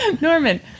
Norman